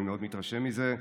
אני מאוד מתרשם מזה.